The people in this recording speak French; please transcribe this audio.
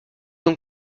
donc